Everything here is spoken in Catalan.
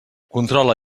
controla